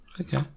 Okay